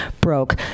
broke